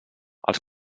els